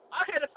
okay